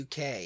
UK